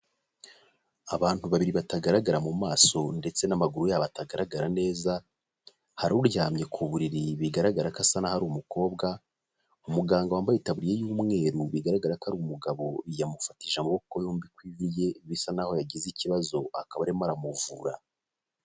Abantu babiri batagaragara mu maso ndetse n'amaguru ya bo atagaragara neza, hari uryamye ku buriri bigaragara ko asa n'aho ari umukobwa, umuganga wambaye itaburiya y'umweru bigaragara ko ari umugabo yamufatishije amaboko yombi ku ku ivi rye, bisa n'aho n yagize ikibazo akaba arimo aramuvura.